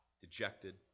dejected